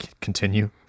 continue